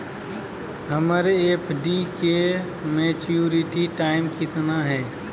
हमर एफ.डी के maturity time कितना है?